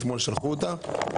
אתמול שלחו אותה.